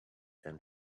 and